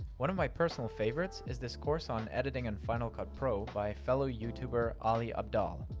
one of my personal favorites is this course on editing in final cut pro by fellow youtuber ali abdaal.